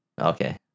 Okay